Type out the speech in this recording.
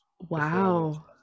wow